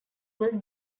was